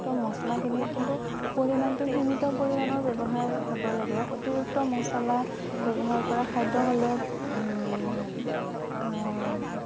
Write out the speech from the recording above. তো মছলাখিনি কিন্তু পৰিমাণটো সীমিত পৰিমাণৰ ব্যৱহাৰ হ'ব লাগে অতিৰিক্ত মছলা ব্যৱহাৰ কৰা খাদ্য হ'লে